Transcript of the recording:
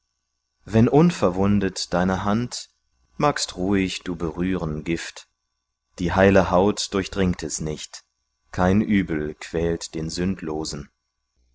wenn unverwundet deine hand magst ruhig du berühren gift die heile haut durchdringt es nicht kein übel quält den sündlosen